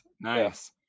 nice